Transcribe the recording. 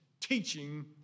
teaching